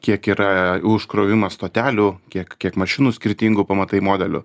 kiek yra užkrovimo stotelių kiek kiek mašinų skirtingų pamatai modelių